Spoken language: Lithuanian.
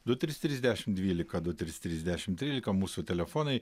du trys trys dešimt dvylika du trys trys dešimt trylika mūsų telefonai